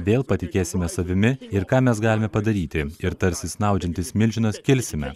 vėl patikėsime savimi ir ką mes galime padaryti ir tarsi snaudžiantis milžinas kilsime